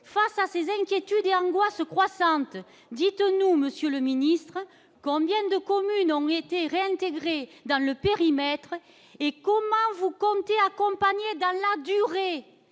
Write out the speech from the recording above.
face à ces inquiétudes et angoisse croissante, dites-nous, Monsieur le Ministre, combien de communes en été dans le périmètre et comment vous comptez accompagner dans la durée,